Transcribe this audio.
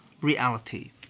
reality